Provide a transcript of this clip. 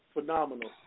Phenomenal